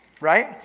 Right